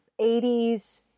80s